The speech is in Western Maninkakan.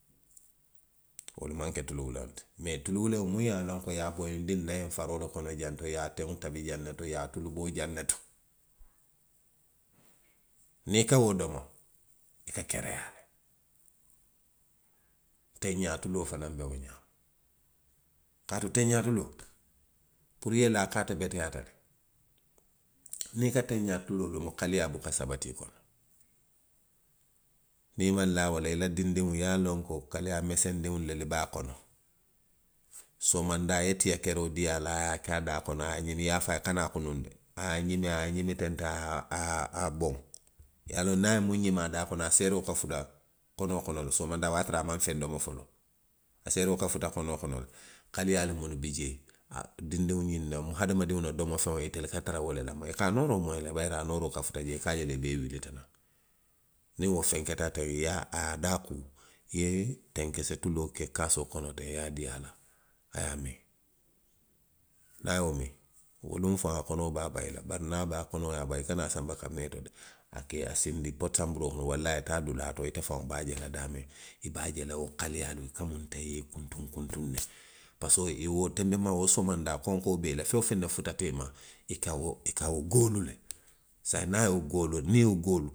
Wolu maŋ ke tulu wuleŋo ti. Mee tulu wuleŋo muŋ ye a loŋ ko i ye a boyindi nna ňiŋ faroo le kono jaŋ to. i ye a teŋo tabi jaŋ ne to, i ye a tulu boo jaŋ ne to, niŋ i ka wo domo, i ka kereyaa le. Teŋ ňaa tuloo fanaŋ be wo xaa le. Kaatu teŋ ňaa tuloo, puru i ye laa ko ate beteyaata le. niŋ i ka teŋ xaa tuloo domo. kiliyaa buka sabati i kono. Niŋ i maŋ laa wo la, i la dindiŋo ye a loŋ ko kaliyaa mesendiŋolu le be a kono. somodaa i ye tiya keroo dii a la a ye a ke a daa kono, a ye a ňimi. i ye a fo a ye kana a kunuŋ de, a ye a ňimi, aye a ňimi tentiŋ, a ye a, a ye a, a ye a boŋ. I ye a loŋ niŋ a ye miŋ ňimi a daa kono, i ye a loŋ a seeroo ka futa kono kono le somondaa wo ye a tara a maŋ feŋ domo foloo a seeroo ka futa kono kono le. Kaliiyaalu munnu bi jee. a, dindiw ňiŋ noŋ, hadamadiŋo la domofeŋ itelu ka tara wo le lamoyi la. I ka a nooroo moyi le, bayiri a nooroo ka futa jee le; a ka je le i bee wilita naŋ. Niŋ wo fenketa teŋ;i ye a, a ye a daa kuu. i ye tenkese tuloo ke kaasoo kono teŋ. i ye a dii a la. A ye a miŋ. niŋ a ye wo miŋ. wo luŋo faŋo, a kono be a bayi la le, bari niŋ a be a kono ye a bayi, kana sanba kabinee to de. a ke, a siindi poti sanburoo kono, walla i ye taa dulaa to, ite faŋo be a je la daamiŋ, i be a je la wo kaliyaalu, a ka munta i ye kuntuŋ kuntuŋ ne, parisiko wo tenbe maa, wo somondaa konkoo be i la, feŋ woo feŋ ne futata i ma, i ka wo goolu le. Saayiŋ niŋ a ye wo goolu, niŋ i ye wo goolu